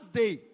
day